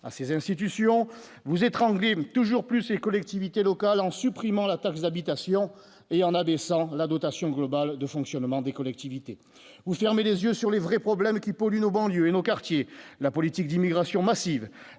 à ces institutions vous étrangler toujours plus les collectivités locales en supprimant la taxe d'habitation et en abaissant la dotation globale de fonctionnement des collectivités ou fermer les yeux sur les vrais problèmes qui polluent nos banlieues et nos quartiers, la politique d'immigration massive,